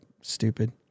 stupid